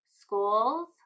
schools